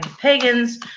Pagans